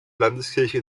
landeskirche